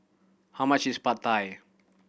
how much is Pad Thai